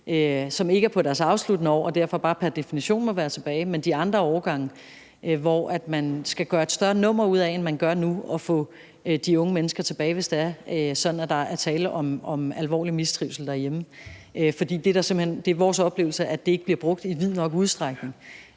som ikke er på deres afsluttende år. Afgangseleverne må pr. definition være tilbage, men for de andre årgange skal man gøre et større nummer ud af, end man gør nu, at få de unge mennesker tilbage, hvis det er sådan, at der er tale om alvorlig mistrivsel derhjemme. For det er vores oplevelse, at det ikke bliver brugt i vid nok udstrækning.